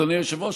אדוני היושב-ראש,